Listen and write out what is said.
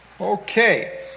Okay